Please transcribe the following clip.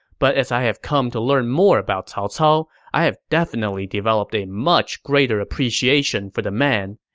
but as i have come to learn more about cao cao, i have definitely developed a much greater appreciation for the man.